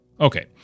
okay